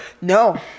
No